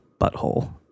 butthole